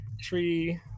Tree